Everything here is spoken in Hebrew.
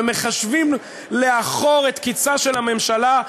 ומחשבים לאחור את קִצה של הממשלה.